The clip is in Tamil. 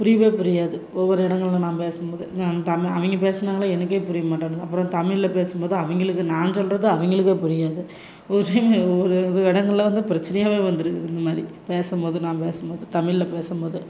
புரியவே புரியாது ஒவ்வொரு இடங்கள்ல நான் பேசும்போது நான் தமிழ் அவங்க பேசினாலே எனக்கே புரிய மாட்டேன்னுது அப்பறம் தமிழ்ல பேசும்போது அவங்களுக்கு நான் சொல்வது அவங்களுக்கே புரியாது ஒரு டைம் ஒரு சில இடங்கள்ல வந்து பிரச்சனையாகவே வந்திருக்குது இந்த மாதிரி பேசும்போது நான் பேசும்போது தமிழ்ல பேசும்போது